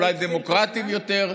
אולי דמוקרטיים יותר,